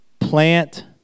plant